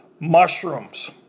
mushrooms